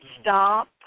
stop